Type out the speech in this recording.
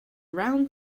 round